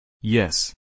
Yes